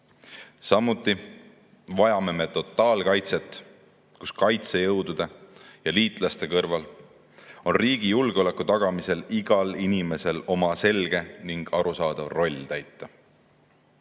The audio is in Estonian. Samuti vajame me totaalkaitset, kus kaitsejõudude ja liitlaste kõrval on riigi julgeoleku tagamisel igal inimesel oma selge ja arusaadav roll täita.